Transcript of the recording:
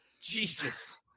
Jesus